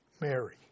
Mary